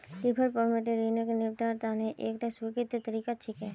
deferred payment ऋणक निपटव्वार तने एकता स्वीकृत तरीका छिके